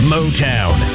Motown